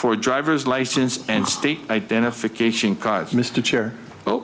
for a driver's license and state identification cards mr chair oh